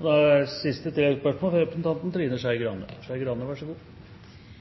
Trine Skei Grande – til oppfølgingsspørsmål. Det er